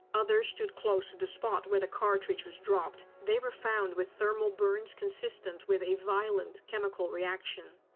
others stood close to the spot where the cartridge was dropped. they were found with thermal burns consistent with a violent chemical reaction.